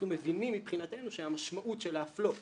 אנחנו מבינים שמשמעות האפליה